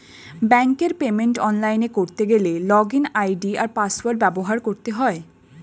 ব্যাঙ্কের পেমেন্ট অনলাইনে করতে গেলে লগইন আই.ডি আর পাসওয়ার্ড ব্যবহার করতে হয়